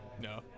no